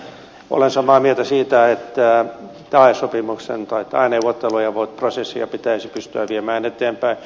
olen samaa mieltä siitä että tae neuvotteluprosessia pitäisi pystyä viemään eteenpäin